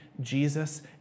Jesus